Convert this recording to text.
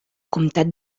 comtat